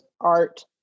art